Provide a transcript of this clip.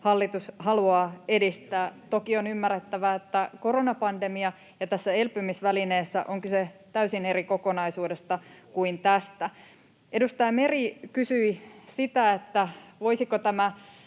hallitus haluaa edistää. Toki on ymmärrettävä, että on koronapandemia ja tässä elpymisvälineessä on kyse täysin eri kokonaisuudesta kuin tässä. [Petteri Orpo: Ei ole!] Edustaja Meri kysyi siitä, voisiko tämä